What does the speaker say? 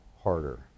harder